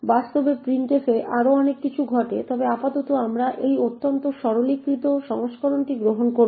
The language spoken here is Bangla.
বাস্তবে প্রিন্টএফ এ আরও অনেক কিছু ঘটে তবে আপাতত আমরা এই অত্যন্ত সরলীকৃত সংস্করণটি গ্রহণ করব